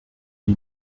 die